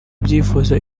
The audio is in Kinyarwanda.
abyifuza